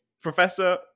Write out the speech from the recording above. Professor